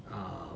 um